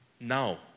Now